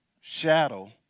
shadow